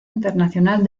internacional